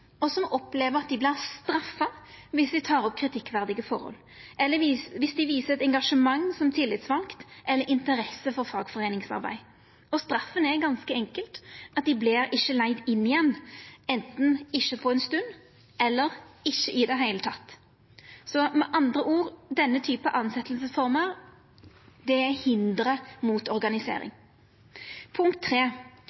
og som opplever at dei vert straffa om dei tek opp kritikkverdige forhold, eller om dei viser engasjement som tillitsvalde eller interesse for fagforeiningsarbeid. Straffa er ganske enkelt at dei ikkje vert leigde inn igjen – anten for ei stund, eller ikkje i det heile. Med andre ord er denne typen tilsetjingsformer eit hinder mot organisering.